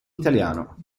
italiano